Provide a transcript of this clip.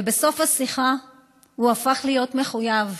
בסוף השיחה הוא הפך להיות מחויב.